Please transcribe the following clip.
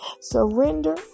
surrender